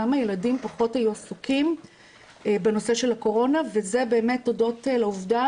גם הילדים היו פחות עסוקים בנושא של הקורונה וזה באמת הודות לעובדה